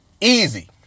Easy